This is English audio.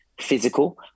physical